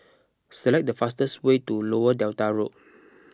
select the fastest way to Lower Delta Road